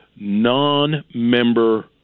non-member